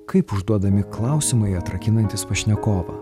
kaip užduodami klausimai atrakinantys pašnekovą